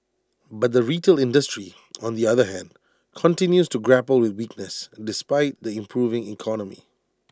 but the retail industry on the other hand continues to grapple with weakness despite the improving economy